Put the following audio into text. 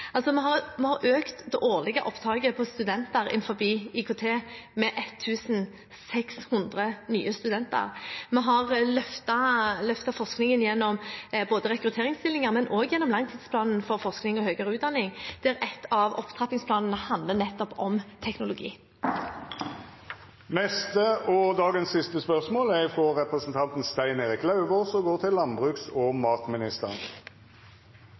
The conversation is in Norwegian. Vi har økt det årlige opptaket av studenter innenfor IKT med 1 600 nye studenter. Vi har løftet forskningen både gjennom rekrutteringsstillinger og gjennom langtidsplanen for forskning og høyere utdanning, der ett av opptrappingsplanene handler om nettopp teknologi. «Hestenæringen er en stor næringsaktør som genererer ca. 16 500 årsverk i hele landet. Nå ringer alarmklokkene i næringen, og det varsles store kutt som vil ramme arbeidsplasser og